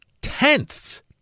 tenths